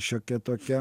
šiokia tokia